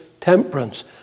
temperance